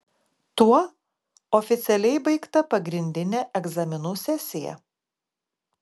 tuo oficialiai baigta pagrindinė egzaminų sesija